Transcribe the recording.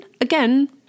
again